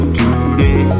today